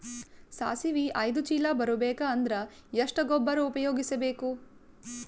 ಸಾಸಿವಿ ಐದು ಚೀಲ ಬರುಬೇಕ ಅಂದ್ರ ಎಷ್ಟ ಗೊಬ್ಬರ ಉಪಯೋಗಿಸಿ ಬೇಕು?